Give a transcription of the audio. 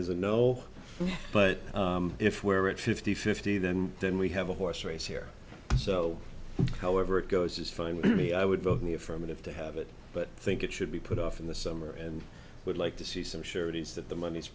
a no but if we're at fifty fifty then then we have a horse race here so however it goes is fine with me i would vote in the affirmative to have it but i think it should be put off in the summer and would like to see some surety is that the money